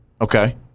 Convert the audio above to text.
Okay